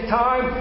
time